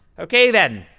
ok, then.